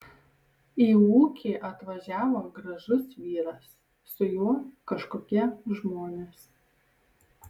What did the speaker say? į ūkį atvažiavo gražus vyras su juo kažkokie žmonės